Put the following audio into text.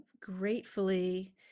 gratefully